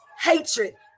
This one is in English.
hatred